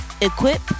Equip